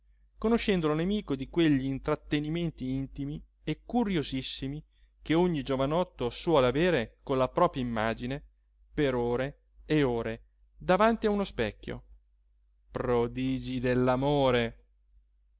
conoscendolo nemico di quegli intrattenimenti intimi e curiosissimi che ogni giovinotto suole avere con la propria immagine per ore e ore davanti a uno specchio prodigi